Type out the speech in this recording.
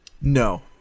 No